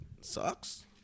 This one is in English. sucks